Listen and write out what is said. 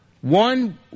One